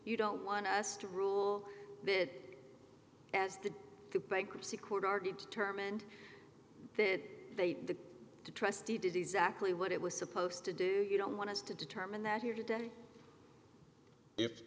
you don't want us to rule bit as the bankruptcy court are determined that they the trustee did exactly what it was supposed to do you don't want us to determine that here today if